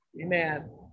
Amen